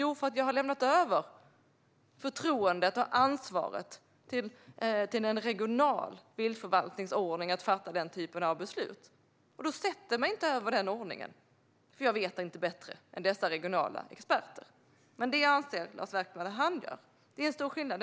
Jo, för att jag har lämnat över förtroendet och ansvaret till en regional viltförvaltningsordning som fattar den typen av beslut. Jag sätter mig inte över den ordningen, för jag vet inte bättre än dessa regionala experter. Men det anser Lars Beckman att han gör, och det är en stor skillnad.